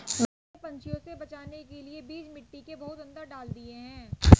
मैंने पंछियों से बचाने के लिए बीज मिट्टी के बहुत अंदर डाल दिए हैं